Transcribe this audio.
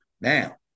Now